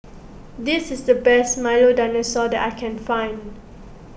this is the best Milo Dinosaur that I can find